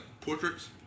portraits